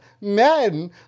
men